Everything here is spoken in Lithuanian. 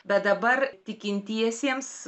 bet dabar tikintiesiems